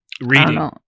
reading